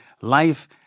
life